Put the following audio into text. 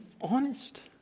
honest